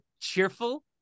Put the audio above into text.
cheerful